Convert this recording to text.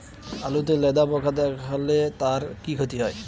আলুতে লেদা পোকা দেখালে তার কি ক্ষতি হয়?